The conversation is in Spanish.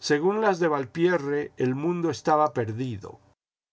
según las de valpierre el mun lo ciriba perdido